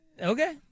Okay